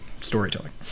storytelling